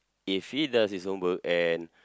if he does his homework and